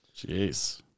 Jeez